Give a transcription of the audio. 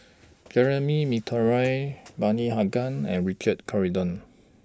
Jeremy Monteiro Bani Haykal and Richard Corridon